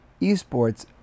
esports